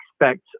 expect